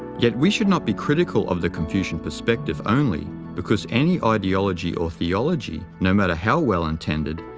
yet we should not be critical of the confucian perspective only, because any ideology or theology, no matter how well intended,